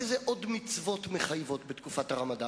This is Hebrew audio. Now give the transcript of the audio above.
איזה עוד מצוות מחייבות בתקופת הרמדאן?